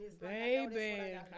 baby